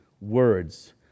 words